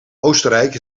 oostenrijk